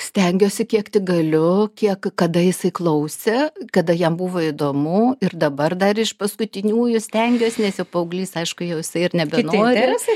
stengiuosi kiek tik galiu kiek kada jisai klausė kada jam buvo įdomu ir dabar dar iš paskutiniųjų stengiuos nes jau paauglys aišku jau jisai ir nebenori